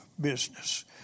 business